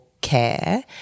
care